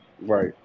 Right